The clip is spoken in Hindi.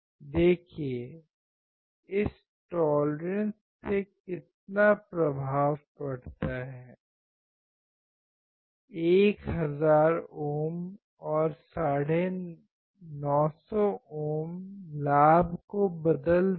देखिए इस टोलेरेंश से कितना प्रभाव पड़ता है 1 हजार ओम और 950 ओम लाभ को बदल देगा